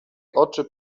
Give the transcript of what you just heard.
oczy